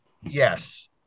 yes